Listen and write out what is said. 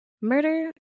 Murder